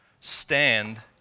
Stand